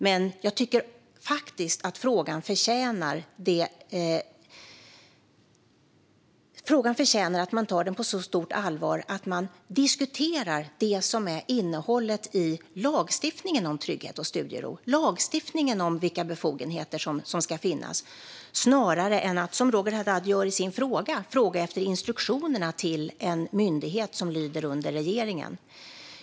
Men jag tycker att frågan förtjänar att man tar den på så stort allvar att man diskuterar det som är innehållet i lagstiftningen om trygghet och studiero och lagstiftningen om vilka befogenheter som ska finnas snarare än att, som Roger Haddad gör i sin interpellation, fråga efter instruktionerna till en myndighet som lyder under regeringen.